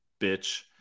Bitch